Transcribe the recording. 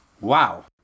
Wow